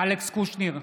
אלכס קושניר,